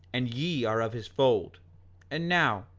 and ye are of his fold and now,